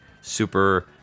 Super